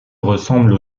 ressemble